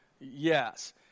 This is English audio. Yes